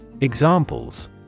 Examples